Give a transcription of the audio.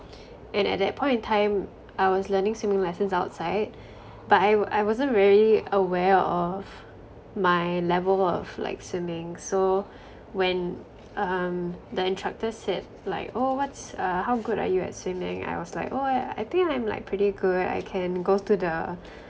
and at that point in time I was learning swimming lessons outside but I I wasn't very aware of my level of like swimming so when um the instructor said like oh what's uh how good are you at swimming I was like oh I I think I'm like pretty good I can go to the